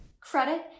credit